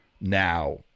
now